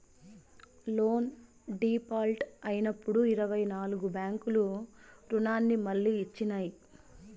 loan default అయినప్పుడు ఇరవై నాల్గు బ్యాంకులు రుణాన్ని మళ్లీ ఇచ్చినాయి